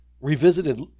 revisited